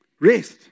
Rest